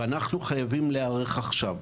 אנחנו חייבים להיערך עכשיו.